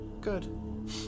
Good